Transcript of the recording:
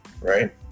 right